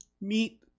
meet